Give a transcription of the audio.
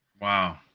Wow